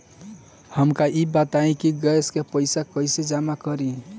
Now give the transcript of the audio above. हमका ई बताई कि गैस के पइसा कईसे जमा करी?